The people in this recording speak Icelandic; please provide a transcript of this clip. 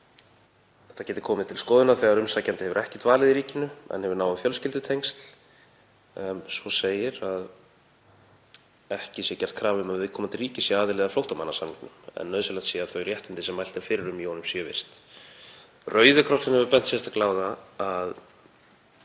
Þetta gæti komið til skoðunar þegar umsækjandi hefur ekki dvalið í ríkinu en hefur náin fjölskyldutengsl. Svo segir að ekki sé gerð krafa um að viðkomandi ríki sé aðili að flóttamannasamningnum en nauðsynlegt sé að þau réttindi sem mælt er fyrir um í honum séu virt. Rauði krossinn hefur bent á að